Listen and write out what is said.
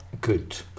good